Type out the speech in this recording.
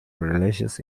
religious